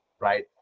right